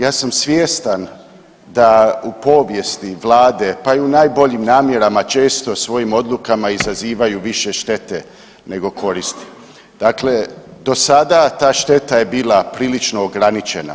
Ja sam svjestan da u povijesti Vlade, pa i u najboljim namjerama često svojim odlukama izazivaju više štete nego koristi, dakle, do sada ta šteta je bila prilično ograničena.